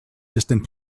distant